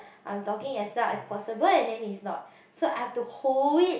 I'm talking as loud as possible and then it's not so I have to hold it